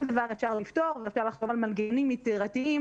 כל דבר אפשר לפתור ונדרשים מנגנוניים יצירתיים